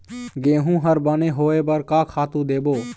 गेहूं हर बने होय बर का खातू देबो?